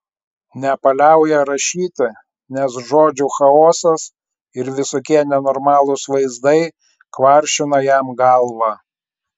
nepaliauja rašyti nes žodžių chaosas ir visokie nenormalūs vaizdai kvaršina jam galvą